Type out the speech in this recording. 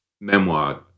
memoir